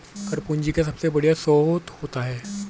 कर पूंजी का सबसे बढ़िया स्रोत होता है